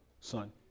Son